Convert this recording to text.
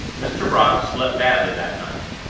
mr. brock slept badly that night.